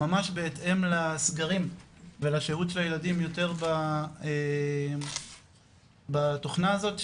ממש בהתאם לסגרים ולשהות של הילדים יותר בתוכנה הזאת,